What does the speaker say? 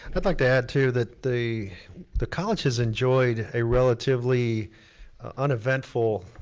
i'd like to add too that the the college has enjoyed a relatively uneventful